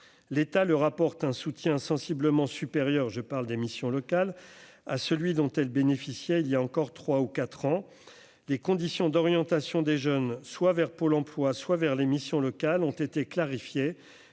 l'état leur apporte un soutien sensiblement supérieure, je parle des missions locales à celui dont elle bénéficiait il y a encore 3 ou 4 ans, des conditions d'orientation des jeunes soit vers Pôle Emploi, soit vers les missions locales ont été clarifiées,